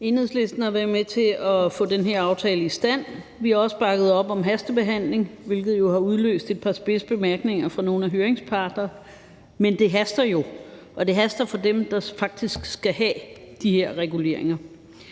Enhedslisten har været med til at få den her aftale i stand. Vi har også bakket op om hastebehandling, hvilket jo har udløst et par spidse bemærkninger fra nogle af høringsparterne. Men det haster jo. Og det haster for dem, der faktisk skal have de her reguleringer.